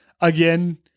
again